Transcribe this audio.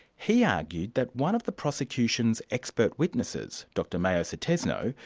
he argued that one of the prosecution's expert witnesses, dr meiyo sutisno,